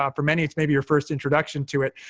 um for many, it's maybe your first introduction to it.